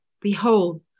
Behold